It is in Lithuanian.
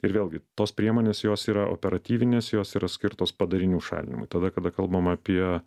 ir vėlgi tos priemonės jos yra operatyvinės jos yra skirtos padarinių šalinimui tada kada kalbam apie